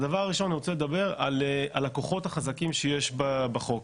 הדבר הראשון אני רוצה לדבר על הכוחות החזקים שיש בחוק.